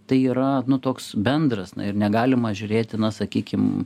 tai yra nu toks bendras na ir negalima žiūrėti na sakykim